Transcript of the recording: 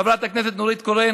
חברת הכנסת נורית קורן,